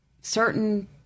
certain